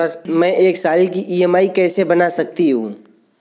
मैं एक साल की ई.एम.आई कैसे बना सकती हूँ?